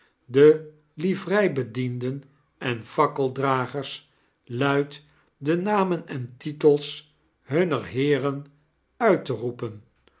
en livreibedienden en fakkeldragers luiddenamen en titels hunner heeren uit te roepen